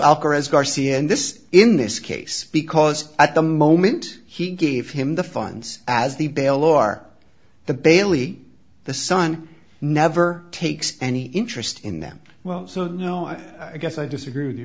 alcatraz garcia and this is in this case because at the moment he gave him the funds as the bail or are the bailey the son never takes any interest in them well you know i guess i disagree with you